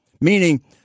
meaning